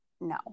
No